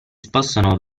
spostano